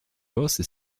rose